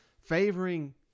favoring